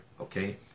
Okay